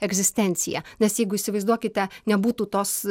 egzistencija nes jeigu įsivaizduokite nebūtų tos